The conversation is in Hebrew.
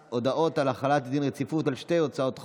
הודעות על החלת דין רציפות על שתי הצעות חוק,